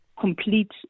complete